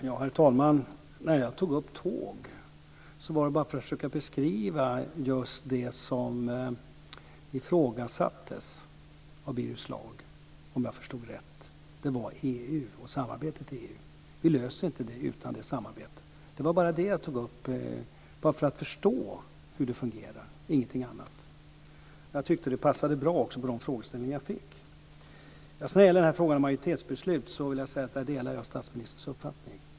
Herr talman! När jag talade om tåg var det bara för att försöka beskriva just det som ifrågasattes av Birger Schlaug, om jag förstod det rätt, dvs. EU och samarbetet i EU. Vi löser inte de frågorna utan det samarbetet. Det var det jag tog upp, bara för att vi ska förstå hur det fungerar, ingenting annat. Jag tyckte också att det passade bra med de frågeställningar jag fick. När det gäller frågan om majoritetsbeslut delar jag statsministerns uppfattning.